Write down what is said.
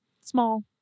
Small